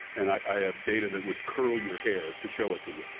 and i have data that would curl your hair to show it to you.